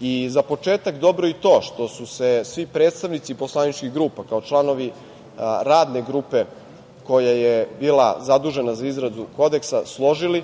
i za početak dobro je i to što su se svi predstavnici poslaničkih grupa kao članovi Radne grupe koja je bila zadužena za izradu Kodeksa složili